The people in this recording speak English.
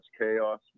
chaos